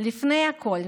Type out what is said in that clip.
לפני הכול,